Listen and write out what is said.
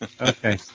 okay